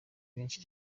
benshi